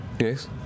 Yes